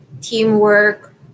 teamwork